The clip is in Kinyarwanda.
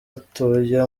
atuye